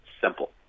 simple